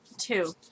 two